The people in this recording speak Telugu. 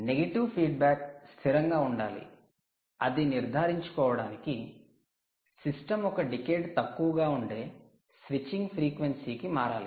నెగటివ్ ఫీడ్బ్యాక్ స్థిరంగా ఉండాలి అది నిర్ధారించడానికి సిస్టమ్ ఒక డికేడ్ తక్కువగా ఉండే స్విచ్చింగ్ ఫ్రీక్వెన్సీ కి మారాలి